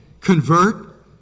convert